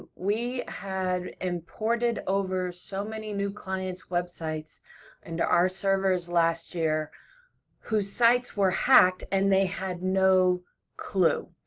we had imported over so many new clients' websites into our servers last year whose sites were hacked, and they had no clue,